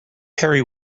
perry